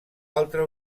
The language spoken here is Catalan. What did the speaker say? altra